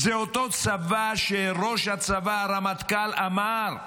זה אותו צבא, שראש הצבא, הרמטכ"ל אמר: